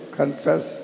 confess